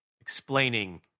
explaining